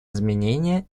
изменение